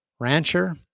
rancher